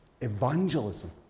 evangelism